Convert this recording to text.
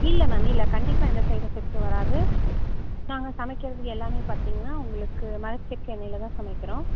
இல்லை மேம் இல்லை கண்டிப்பாக எந்த சைடு எஃபெக்ட்டும் வராது நாங்கள் சமைக்கிறது எல்லாமே பார்த்திங்கன்னா உங்களுக்கு மரச்செக்கு எண்ணெயில் தான் சமைக்கிறோம்